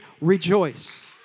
rejoice